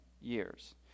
years